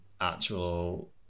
actual